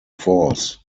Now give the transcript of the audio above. force